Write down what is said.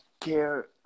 care